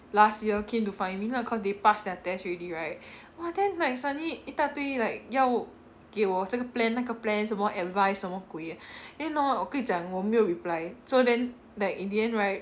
last year came to find me lah cause they pass their test already right !wah! then like suddenly 一大堆 like 要给我这个 plan 那个 plan 什么 advice 什么鬼 err then hor 我跟你讲我没有 reply so then like in the end right